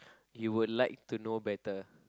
you would like to know better